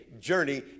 journey